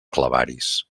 clavaris